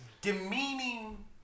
demeaning